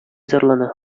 зарлана